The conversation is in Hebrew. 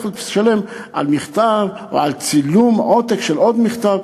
לשלם על מכתב או על צילום עותק של עוד מכתב.